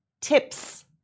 tips